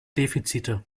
defizite